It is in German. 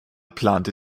plante